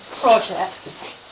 project